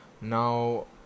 Now